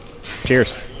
Cheers